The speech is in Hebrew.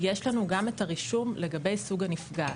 יש לנו גם את הרישום לגבי סוג הנפגעת.